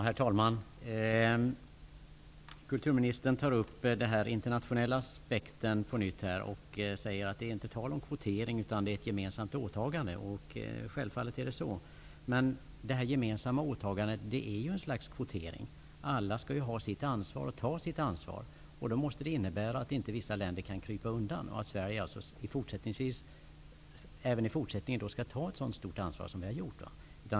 Herr talman! Kulturministern tog på nytt upp den internationella aspekten. Hon sade att det inte är fråga om kvotering utan om ett gemensamt åtagande. Självfallet är det så. Men det gemensamma åtagandet är ju ett slags kvotering. Alla skall ta sitt ansvar. Det måste betyda att vissa länder inte kan komma undan ansvaret och att Sverige inte skall behöva ta ett sådant stort ansvar som man hittills har gjort.